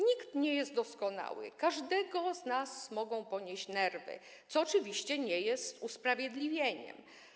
Nikt nie jest doskonały, każdego z nas mogą ponieść nerwy, co oczywiście nie jest usprawiedliwieniem.